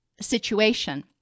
situation